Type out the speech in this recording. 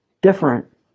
different